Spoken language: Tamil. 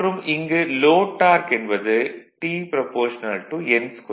மற்றும் இங்கு லோட் டார்க் என்பது T α n2